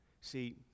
see